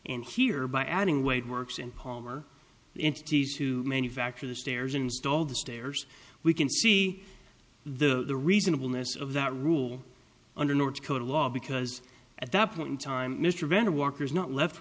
and here by adding weight works and palmer to manufacture the stairs installed the stairs we can see the reasonableness of that rule under north dakota law because at that point in time mr vander walker's not left